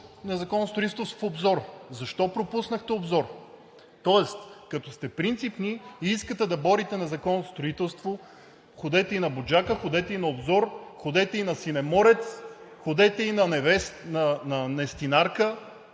незаконното строителство в Обзор. Защо пропуснахте Обзор? Тоест като сте принципни и искате да борите незаконното строителство, ходете и на „Буджака“, ходете и на Обзор, ходете и на Синеморец, ходете и на Нестинарка,